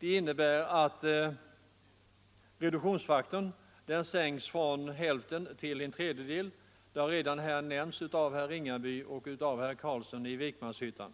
innebär att reduktionsfaktorn sänks från hälften till en tredjedel. Det har redan nämnts här av herr Ringaby och herr Carlsson i Vikmanshyttan.